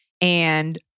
and-